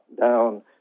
down